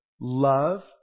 Love